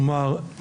כלומר,